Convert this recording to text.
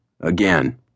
again